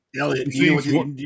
Elliot